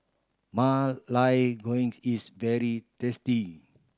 ma lai green is very tasty